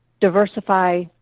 diversify